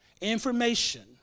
information